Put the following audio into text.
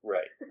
Right